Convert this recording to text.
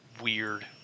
weird